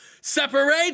Separate